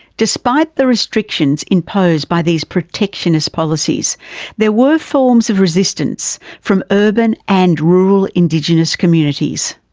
despite the restrictions imposed by these protectionist policies there were forms of resistance from urban and rural indigenous communities.